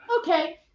Okay